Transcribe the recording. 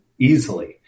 easily